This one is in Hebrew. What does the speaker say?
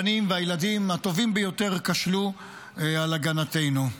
הבנים והילדים הטובים ביותר כשלו על הגנתנו.